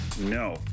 No